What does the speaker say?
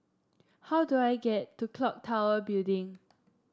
how do I get to clock Tower Building